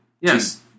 Yes